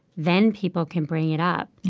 then people can bring it up